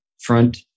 front